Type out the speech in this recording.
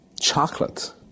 chocolate